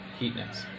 Heatness